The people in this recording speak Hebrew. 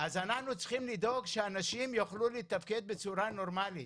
אז אנחנו צריכים לדאוג שאנשים יוכלו לתפקד בצורה נורמלית.